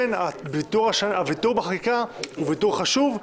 ולכן הוויתור בחקיקה הוא ויתור חשוב,